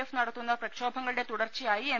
F നടത്തുന്ന പ്രക്ഷോഭങ്ങളുടെ തുടർച്ചയായി എം